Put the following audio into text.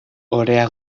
orea